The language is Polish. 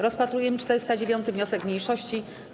Rozpatrujemy 409. wniosek mniejszości.